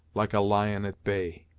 like a lion at bay.